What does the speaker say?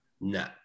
No